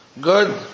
Good